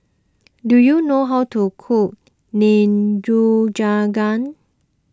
do you know how to cook Nikujaga